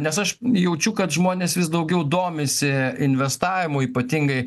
nes aš jaučiu kad žmonės vis daugiau domisi investavimu ypatingai